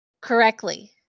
correctly